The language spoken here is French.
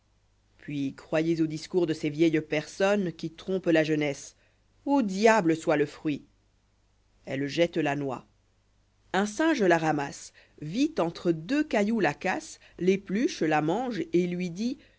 puis croyez aux discours de ces vieilles personnes qui trompent la jeunesse au diable soit le fruit elle jette la noix un singe la ramasse vite entre deux cailloux la casse l'épluche la mange et lui dit